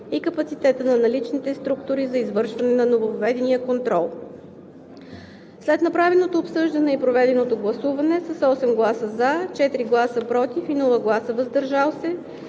и капацитета на наличните структури за извършване на нововъведения контрол. След направеното обсъждане и проведеното гласуване с 8 гласа „за“, 4 гласа „против“ и без „въздържал се“